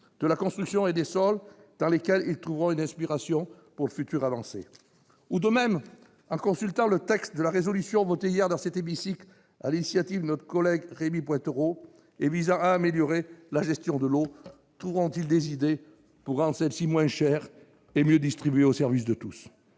de la construction et des sols, où ils trouveront une inspiration pour le futur. De même, en consultant le texte de la proposition de résolution adoptée hier dans cet hémicycle sur l'initiative de notre collègue Rémy Pointereau, visant à améliorer la gestion de l'eau, ils trouveront des idées pour rendre l'eau moins chère et mieux distribuée, au service de tous.